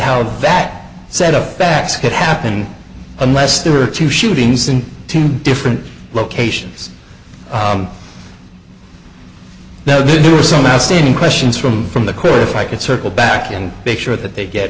how that set of facts could happen unless there were two shootings in two different locations now there are some outstanding questions from from the court if i could circle back and make sure that they get